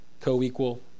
co-equal